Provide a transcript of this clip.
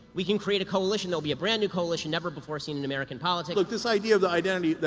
we can create a coalition, there'll be a brand new coalition never before seen in american politics. look, this idea of the identity,